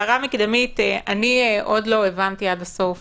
הערה מקדמית עוד לא הבנתי עד הסוף